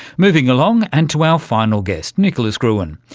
moving along and to our final guest, nicholas gruen.